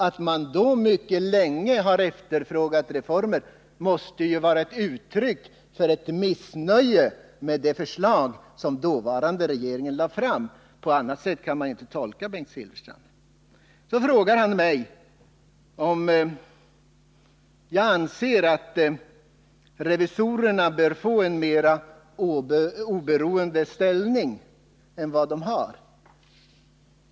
Att då påstå att man mycket länge har efterfrågat reformer måste vara ett uttryck för ett missnöje med det förslag som den dåvarande regeringen lade fram. På annat sätt kan jag inte tolka Bengt Silfverstrand. Bengt Silfverstrand frågade mig om jag anser att revisorerna bör få en mer oberoende ställning än de nu har.